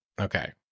Okay